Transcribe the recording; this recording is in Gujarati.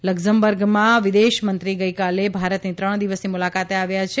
લકઝમબર્ગના વિદેશમંત્રી ગઇકાલે ભારતની ત્રણ દિવસની મુલાકાતે આવ્યા છે